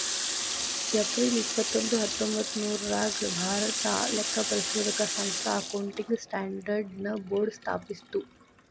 April ಇಪ್ಪತ್ತೊಂದು ಹತ್ತೊಂಭತ್ತ್ನೂರಾಗ್ ಭಾರತಾ ಲೆಕ್ಕಪರಿಶೋಧಕ ಸಂಸ್ಥಾ ಅಕೌಂಟಿಂಗ್ ಸ್ಟ್ಯಾಂಡರ್ಡ್ ನ ಬೋರ್ಡ್ ಸ್ಥಾಪಿಸ್ತು